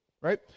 right